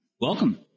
Welcome